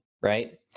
right